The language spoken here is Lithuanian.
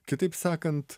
kitaip sakant